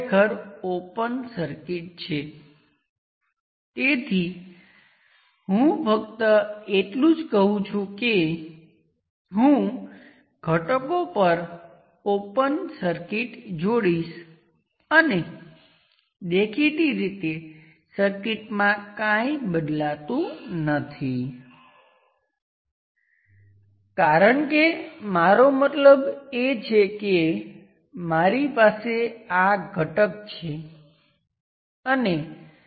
આ બે ટર્મિનલ વચ્ચે તેને વોલ્ટેજ અથવા તે ચોક્કસ વેલ્યું ના કરંટ સોર્સ દ્વારા બદલી શકાય છે ગમે તે વોલ્ટેજ અથવા કરંટ તે ડ્રો કરે છે